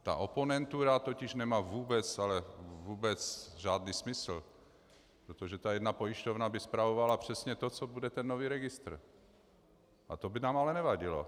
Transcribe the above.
Ta oponentura totiž nemá vůbec, ale vůbec žádný smysl, protože ta jedna pojišťovna by spravovala přesně to, co bude ten nový registr, a to by nám ale nevadilo.